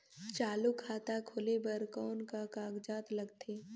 चालू खाता खोले बर कौन का कागजात लगथे?